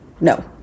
no